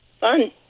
fun